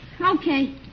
Okay